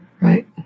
Right